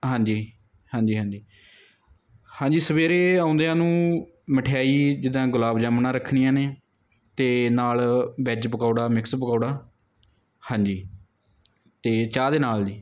ਹਾਂਜੀ ਹਾਂਜੀ ਹਾਂਜੀ ਹਾਂਜੀ ਸਵੇਰੇ ਆਉਂਦਿਆਂ ਨੂੰ ਮਠਿਆਈ ਜਿੱਦਾਂ ਗੁਲਾਬ ਜਾਮਨਾਂ ਰੱਖਣੀਆਂ ਨੇ ਅਤੇ ਨਾਲ ਵੈਜ ਪਕੌੜਾ ਮਿਕਸ ਪਕੌੜਾ ਹਾਂਜੀ ਅਤੇ ਚਾਹ ਦੇ ਨਾਲ ਜੀ